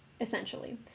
essentially